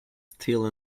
still